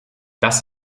das